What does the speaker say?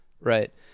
right